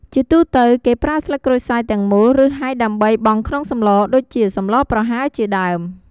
ជាទូទៅ គេប្រើស្លឹកក្រូចសើចទាំងមូល ឬហែកដើម្បីបង់ក្នុងសម្លដូចជា សម្លប្រហើរជាដេីម។